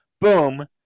boom